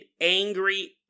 angry